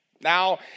Now